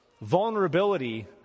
vulnerability